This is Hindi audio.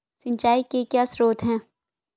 सिंचाई के क्या स्रोत हैं?